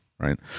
right